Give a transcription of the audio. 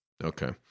Okay